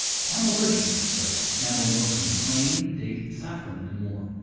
camelicious does camel milk in plain, date, saffron and more.